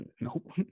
Nope